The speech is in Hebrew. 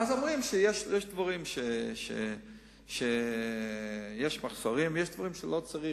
אומרים שיש דברים שיש בהם מחסור ויש דברים שלא צריך.